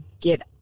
get